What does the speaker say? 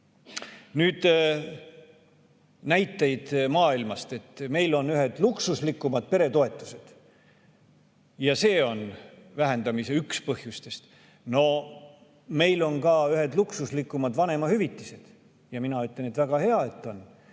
Nüüd, näiteid maailmast ja et meil on ühed luksuslikumad peretoetused, mis on vähendamise üks põhjustest. No meil on ka ühed luksuslikumad vanemahüvitised ja mina ütlen, et väga hea, et on.